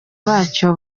wacyo